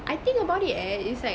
I think about it eh it's like